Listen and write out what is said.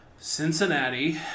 Cincinnati